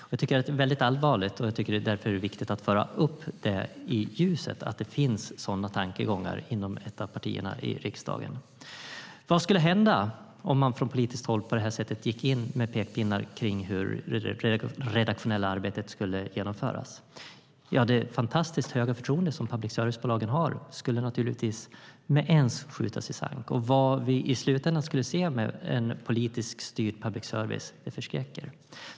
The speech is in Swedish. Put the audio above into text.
Det tycker jag är allvarligt, och det är därför viktigt att föra upp i ljuset att det finns sådana tankegångar i ett av partierna i riksdagen. Vad skulle hända om man från politiskt håll gick in med pekpinnar om hur det redaktionella arbetet ska genomföras? Det fantastiskt höga förtroende som public service-bolagen har skulle naturligtvis med ens skjutas i sank. Vad vi i slutändan skulle se med en politiskt styrd public service förskräcker.